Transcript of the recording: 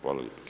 Hvala.